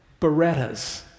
berettas